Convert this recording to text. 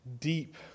deep